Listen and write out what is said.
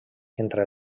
entre